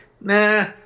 Nah